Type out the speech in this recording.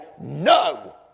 no